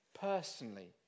personally